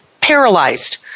paralyzed